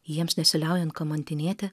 jiems nesiliaujant kamantinėti